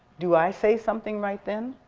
do i say something right then?